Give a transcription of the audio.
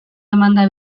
emanda